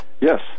Yes